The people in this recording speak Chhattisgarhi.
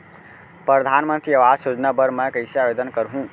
परधानमंतरी आवास योजना बर मैं कइसे आवेदन करहूँ?